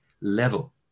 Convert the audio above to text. level